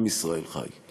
עם ישראל חי.